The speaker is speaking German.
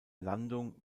landung